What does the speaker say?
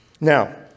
Now